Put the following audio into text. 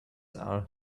are